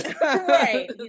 Right